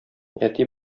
әти